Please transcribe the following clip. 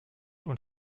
und